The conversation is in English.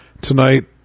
tonight